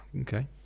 Okay